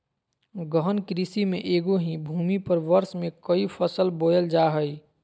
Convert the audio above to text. गहन कृषि में एगो ही भूमि पर वर्ष में क़ई फसल बोयल जा हइ